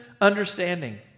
understanding